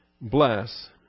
Bless